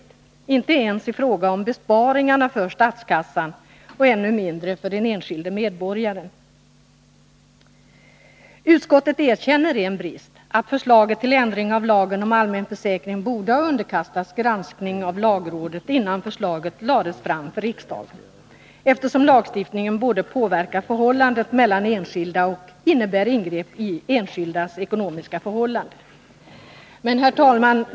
Det gällde varken i fråga om besparingarna för statskassan eller ännu mindre för den enskilde medborgaren. Utskottet erkänner en btist, att förslaget till ändring av lagen om allmän försäkring borde ha underkastats granskning av lagrådet innan förslaget lades fram för riksdagen, eftersom lagstiftningen både påverkar förhållandet mellan enskilda och innebär ingrepp i enskildas ekonomiska omständigheter.